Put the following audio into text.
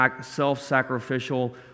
self-sacrificial